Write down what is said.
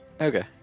Okay